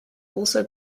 also